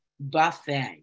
buffet